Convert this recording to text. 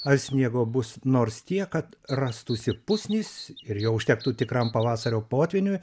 ar sniego bus nors tiek kad rastųsi pusnys ir jo užtektų tikram pavasario potvyniui